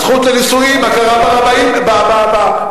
הזכות לנישואים, הכרה בקייסים.